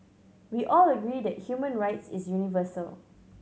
we all agree that human rights is universal